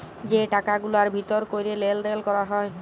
যে টাকা গুলার ভিতর ক্যরে লেলদেল ক্যরা হ্যয়